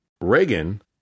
Reagan